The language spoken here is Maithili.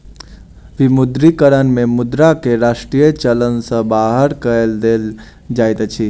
विमुद्रीकरण में मुद्रा के राष्ट्रीय चलन सॅ बाहर कय देल जाइत अछि